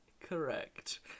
Correct